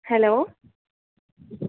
hello